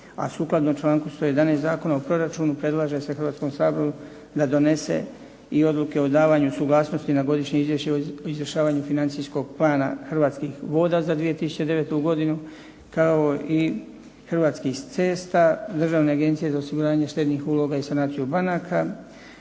a sukladno članku 111. Zakona o proračunu predlaže se Hrvatskom saboru da donese i odluke o davanju suglasnosti na Godišnje izvješće o izvršavanju financijskog plana Hrvatskih voda za 2009. godinu kao i Hrvatskih cesta, Državne agencije za osiguranje štednih uloga i sanaciju banaka,